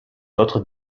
autres